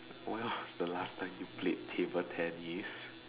when was the last time you played table-tennis